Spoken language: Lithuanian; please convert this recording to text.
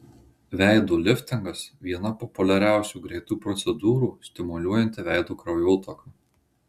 veido liftingas viena populiariausių greitų procedūrų stimuliuojanti veido kraujotaką